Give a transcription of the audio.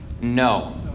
No